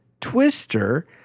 Twister